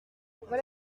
voilà